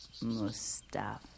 Mustafa